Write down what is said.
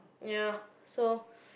ya so